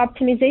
optimization